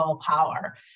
power